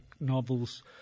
novels